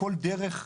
כל דרך,